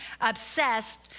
obsessed